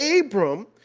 Abram